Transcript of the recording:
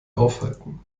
aufhalten